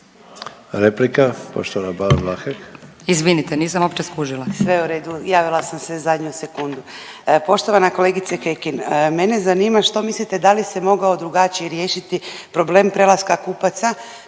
Replika poštovana Ban Vlahek.